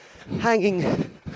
Hanging